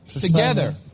together